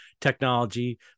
technology